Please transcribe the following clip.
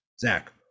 Zach